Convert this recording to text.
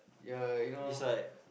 ya you know